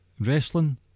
wrestling